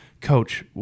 coach